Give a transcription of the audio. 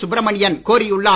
சுப்ரமணியன் கோரியுள்ளார்